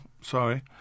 sorry